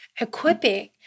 equipping